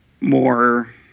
more